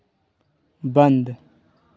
बंद